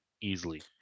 easily